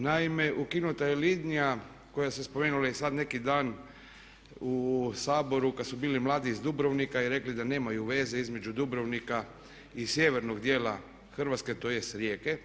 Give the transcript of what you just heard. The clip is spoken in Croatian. Naime, ukinuta je linija koja se spomenula i sad neki dan u Saboru kad su bili mladi iz Dubrovnika i rekli da nemaju veze između Dubrovnika i sjevernog dijela Hrvatske, tj. Rijeke.